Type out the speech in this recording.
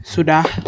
Sudah